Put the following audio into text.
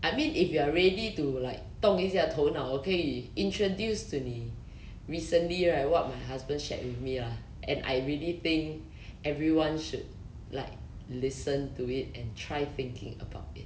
I mean if you are ready to like 动一下头脑我可以 introduce to 你 recently right what my husband shared with me ah and I really think everyone should like listen to it and try thinking about it